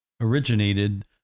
originated